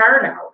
turnout